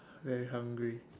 very hungry